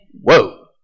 Whoa